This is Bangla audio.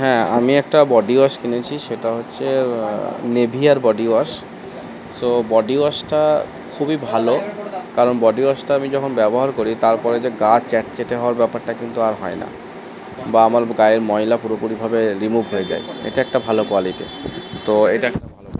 হ্যাঁ আমি একটা বডি ওয়াশ কিনেছি সেটা হচ্ছে নিভিয়ার বডি ওয়াশ সো বডি ওয়াশটা খুবই ভালো কারণ বডি ওয়াশটা আমি যখন ব্যবহার করি তারপরে যে গা চ্যাট চ্যাটে হওয়ার ব্যাপারটা কিন্তু আর হয় না বা আমার গায়ে ময়লা পুরোপুরিভাবে রিমুভ হয়ে যায় এটা একটি ভালো কোয়ালিটি তো এটা একটা ভালো